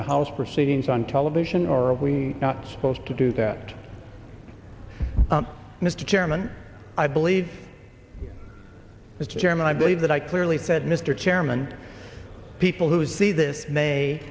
the house proceedings on television or are we not supposed to do that mr chairman i believe mr chairman i believe that i clearly said mr chairman people who see this may